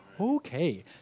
Okay